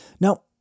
Now